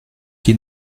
qui